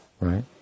right